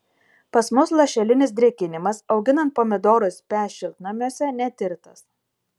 pas mus lašelinis drėkinimas auginant pomidorus pe šiltnamiuose netirtas